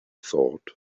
thought